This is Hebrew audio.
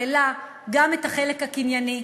כללה גם את החלק הקנייני,